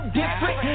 different